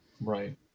Right